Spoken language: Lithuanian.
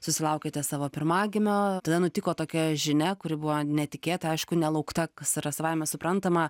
susilaukėte savo pirmagimio tada nutiko tokia žinia kuri buvo netikėta aišku nelaukta kas yra savaime suprantama